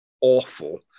awful